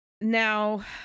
Now